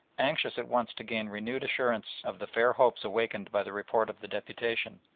anxious at once to gain renewed assurance of the fair hopes awakened by the report of the deputation,